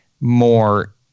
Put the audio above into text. more